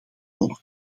volk